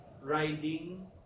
riding